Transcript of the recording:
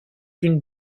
une